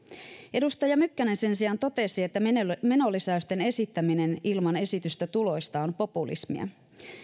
edustaja mykkänen sen sijaan totesi että menolisäysten esittäminen ilman esitystä tuloista on populismia